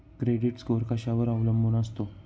Credit score कशावर अवलंबून असतो?